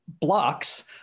blocks